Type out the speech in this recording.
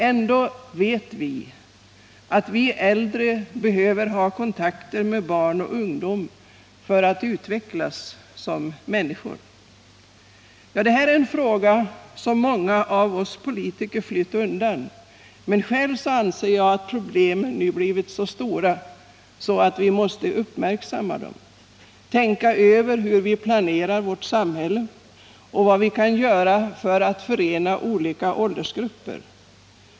Ändå vet vi att äldre behöver ha kontakter med barn och ungdom för att utvecklas som människor. Det här är en fråga som många av oss politiker flytt undan, men själv anser jag att problemen nu blivit så stora att vi måste uppmärksamma dem, tänka över hur vi planerar vårt samhälle och vad vi kan göra för att förena olika åldersgrupper.